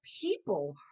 people